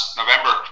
November